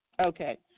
okay